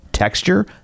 Texture